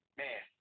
man